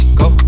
go